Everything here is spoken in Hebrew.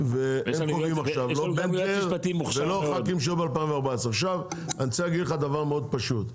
וזה לא הח"כים של 2014. עכשיו אני רוצה להגיד לך דבר מאוד פשוט.